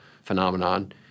phenomenon